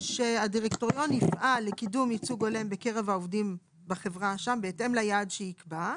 "הדירקטוריון יפעל לקידום ייצוג הולם בקרב החברה בהתאם ליעד שייקבע",